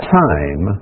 time